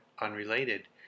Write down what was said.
unrelated